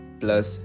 plus